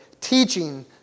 teaching